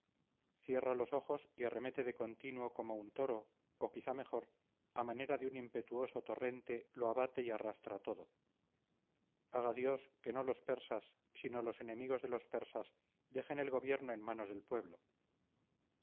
cierra los ojos y arremete de continuo como un toro o quizá mejor a manera de un impetuoso torrente lo abate y arrastra todo haga dios que no los persas sino los enemigos de los persas dejen el gobierno en manos del pueblo